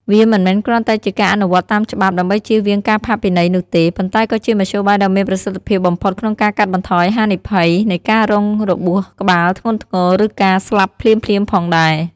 វាមិនមែនគ្រាន់តែជាការអនុវត្តតាមច្បាប់ ដើម្បីចៀសវាងការផាកពិន័យនោះទេ ប៉ុន្តែក៏ជាមធ្យោបាយដ៏មានប្រសិទ្ធភាពបំផុតក្នុងការកាត់បន្ថយហានិភ័យនៃការរងរបួសក្បាលធ្ងន់ធ្ងរ ឬការស្លាប់ភ្លាមៗផងដែរ។